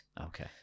Okay